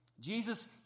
Jesus